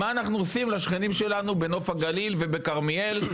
מה אנחנו עושים לשכנים שלנו בנוף הגליל ובכרמיאל,